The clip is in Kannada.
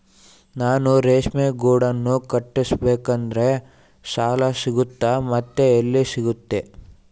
ನಾನು ರೇಷ್ಮೆ ಗೂಡನ್ನು ಕಟ್ಟಿಸ್ಬೇಕಂದ್ರೆ ಸಾಲ ಸಿಗುತ್ತಾ ಮತ್ತೆ ಎಲ್ಲಿ ಸಿಗುತ್ತೆ?